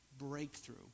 Breakthrough